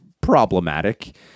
problematic